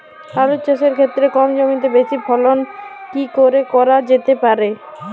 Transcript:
আলু চাষের ক্ষেত্রে কম জমিতে বেশি ফলন কি করে করা যেতে পারে?